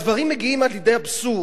הדברים מגיעים עד לידי אבסורד,